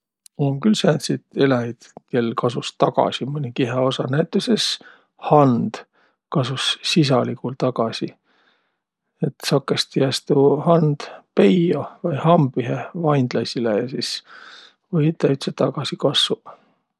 Um külh sääntsit eläjit, kel kasus tagasi mõni kihäosa. Näütüses hand kasus sisaligul tagasi. Et sakõstõ jääs tuu hand peio vai hambihe vainlaisilõ ja sis või täütsä tagasi kassuq.